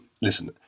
listen